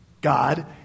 God